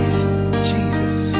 Jesus